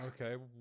Okay